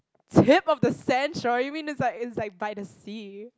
tip of the sand you mean it's like it's like by the sea